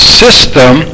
system